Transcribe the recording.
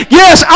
yes